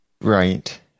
Right